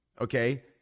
okay